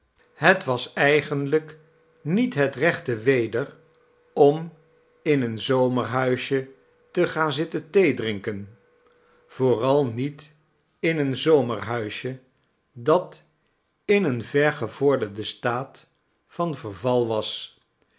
het was elgenlijk niet het rechte weder om in een zomerhuisje te gaan zitten theedrinken vooral niet in een zomerhuisje dat in een verge vorderdcn staat van verval was